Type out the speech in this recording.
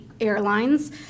airlines